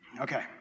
okay